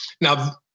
Now